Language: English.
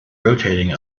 rotating